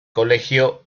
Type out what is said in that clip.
colegio